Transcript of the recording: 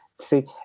see